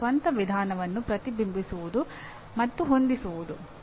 ಒಬ್ಬರ ಸ್ವಂತ ವಿಧಾನವನ್ನು ಪ್ರತಿಬಿಂಬಿಸುವುದು ಮತ್ತು ಹೊಂದಿಸುವುದು